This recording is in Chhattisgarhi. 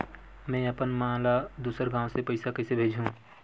में अपन मा ला दुसर गांव से पईसा कइसे भेजहु?